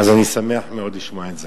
אז אני שמח מאוד לשמוע את זה,